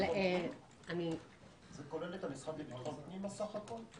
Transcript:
זה כולל את המשרד לביטחון פנים בסך הכול?